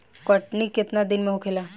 कटनी केतना दिन में होखेला?